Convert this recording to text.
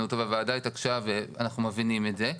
אותו והוועדה התעקשה ואנחנו מבינים את זה,